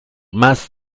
más